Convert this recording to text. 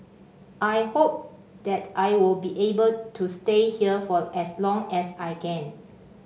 I hope that I will be able to stay here for as long as I can